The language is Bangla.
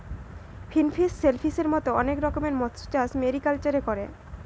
ফিনফিশ, শেলফিসের মত অনেক রকমের মৎস্যচাষ মেরিকালচারে করে